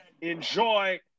enjoy